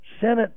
Senate